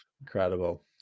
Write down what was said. Incredible